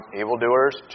evildoers